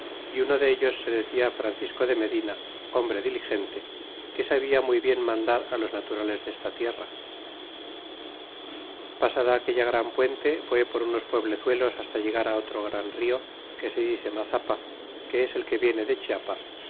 y uno dellos se decia francisco de medina hombre diligente que sabia muy bien mandar los naturales desta tierra pasada aquella gran puente fue por unos pueblezuelos hasta llegar otro gran rio que se dice mazapa que es el que viene de chiapa